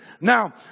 Now